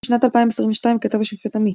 בשנת 2022 כתב השופט עמית